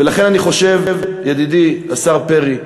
ולכן, אני חושב, ידידי השר פרי,